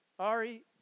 Ari